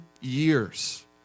years